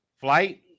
flight